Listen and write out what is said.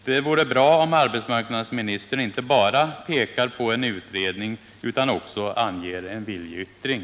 Det vore bra om arbetsmarknadsministern inte bara pekade på en utredning utan också avgav en viljeyttring.